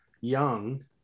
young